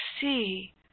see